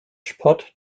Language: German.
sport